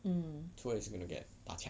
mm